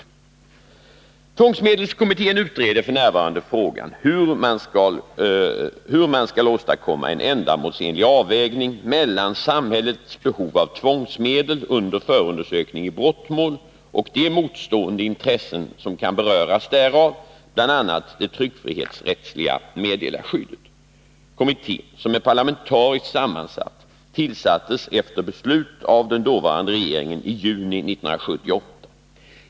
Tvångsmedelskommittén utreder f. n. frågan hur man skall åstadkomma en ändamålsenlig avvägning mellan samhällets behov av tvångsmedel under förundersökning i brottmål och de motstående intressen som kan beröras därav, bl.a. det tryckfrihetsrättsliga meddelarskyddet. Kommittén, som är parlamentariskt sammansatt, tillsattes efter beslut av den dåvarande regeringen i juni 1978.